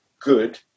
good